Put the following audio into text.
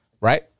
right